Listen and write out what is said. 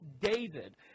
David